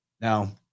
now